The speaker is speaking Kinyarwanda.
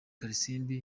kalisimbi